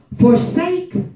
Forsake